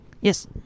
Yes